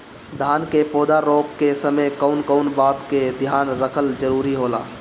धान के पौधा रोप के समय कउन कउन बात के ध्यान रखल जरूरी होला?